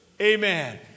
Amen